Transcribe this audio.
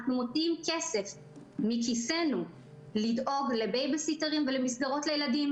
אנחנו מוציאים כסף מכיסנו לדאוג לבייביסיטרים ולמסגרות לילדים,